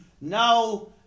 now